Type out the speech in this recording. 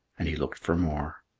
and he looked for more.